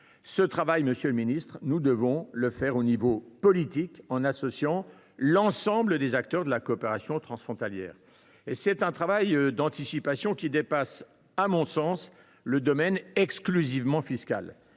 local. Monsieur le ministre, nous devons faire ce travail au niveau politique, en associant l’ensemble des acteurs de la coopération transfrontalière. Ce travail d’anticipation dépasse, à mon sens, le domaine exclusivement fiscal.